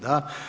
Da.